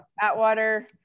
Atwater